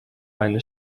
eine